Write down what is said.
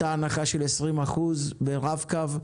אותה הנחה של 20% ברב קו,